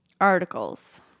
Articles